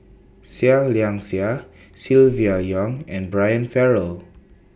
Seah Liang Seah Silvia Yong and Brian Farrell